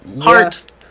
Heart